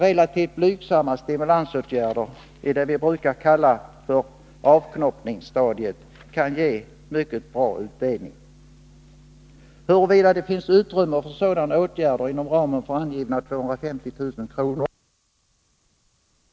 Relativt blygsamma stimulansåtgärder i fråga om något som vi brukar kalla avknoppningsstadiet kan ge mycket god utdelning. Huruvida det finns utrymme för sådana här åtgärder inom nämnda ram — de 250 000 kronorna — framgår inte av utskottets skrivning.